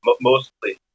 mostly